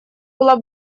была